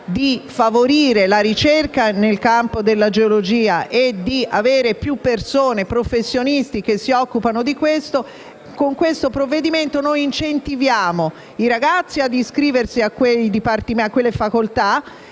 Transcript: di favorire la ricerca nel campo della geologia e di avere più persone e professionisti che si occupano di tale ambito, con questo provvedimento noi incentiviamo i ragazzi ad iscriversi a quelle facoltà